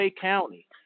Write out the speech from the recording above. County